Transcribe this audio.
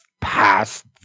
past